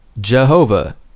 Jehovah